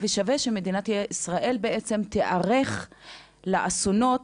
ושווה שמדינת ישראל בעצם תיערך לאסונות